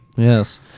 Yes